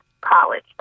college